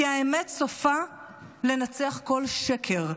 כי האמת סופה לנצח כל שקר,